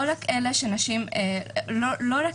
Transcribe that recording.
לא רק